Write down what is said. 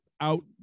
out